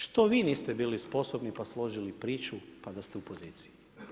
Što vi niste bili sposobni pa složili priču pa da ste u poziciji?